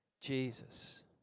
Jesus